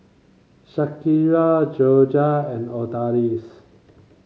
Shakira Jorja and Odalis